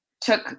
took